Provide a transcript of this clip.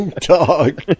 Dog